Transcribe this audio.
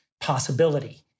possibility